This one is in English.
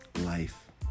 life